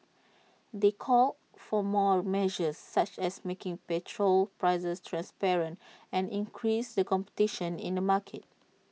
they called for more measures such as making petrol prices transparent and increasing the competition in the market